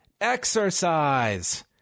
Exercise